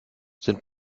sind